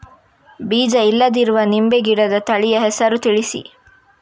ಬೀಜ ಇಲ್ಲದಿರುವ ನಿಂಬೆ ಗಿಡದ ತಳಿಯ ಹೆಸರನ್ನು ತಿಳಿಸಿ?